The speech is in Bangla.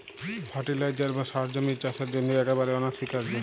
ফার্টিলাইজার বা সার জমির চাসের জন্হে একেবারে অনসীকার্য